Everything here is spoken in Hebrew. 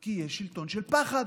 כי יש שלטון של פחד.